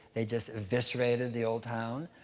they just eviscerated the old town,